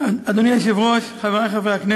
ואת התועלת